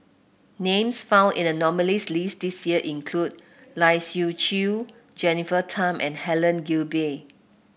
names found in the nominees' list this year include Lai Siu Chiu Jennifer Tham and Helen Gilbey